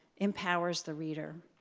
empowers the reader.